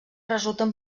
resulten